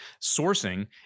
sourcing